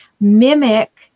mimic